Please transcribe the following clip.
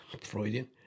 Freudian